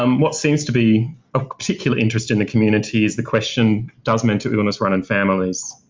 um what seems to be of particular interest in the community is the question does mental illness run in families?